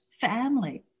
family